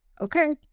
Okay